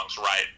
right